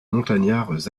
montagnards